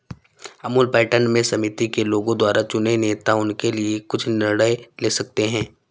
Amul pattern में समिति के लोगों द्वारा चुने नेता उनके लिए कुछ निर्णय ले सकते हैं